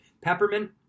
Peppermint